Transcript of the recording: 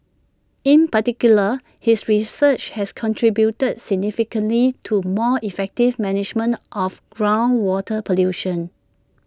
in particular his research has contributed significantly to more effective management of groundwater pollution